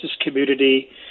community